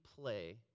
play